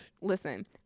listen